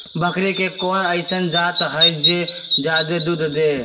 बकरी के कोन अइसन जात हई जे जादे दूध दे?